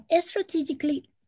strategically